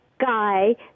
guy